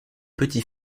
petit